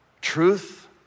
truth